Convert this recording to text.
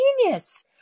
genius